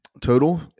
total